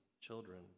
children